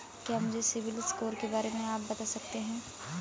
क्या मुझे सिबिल स्कोर के बारे में आप बता सकते हैं?